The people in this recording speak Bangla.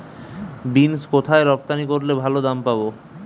বিন্স কোথায় রপ্তানি করলে ভালো দাম পাব?